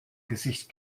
gesicht